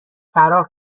فرار